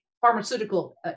pharmaceutical